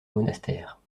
monastère